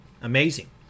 Amazing